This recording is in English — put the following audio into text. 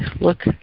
look